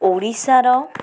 ଓଡ଼ିଶାର